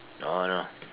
no no